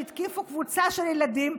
שהתקיפו קבוצה של ילדים,